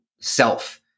self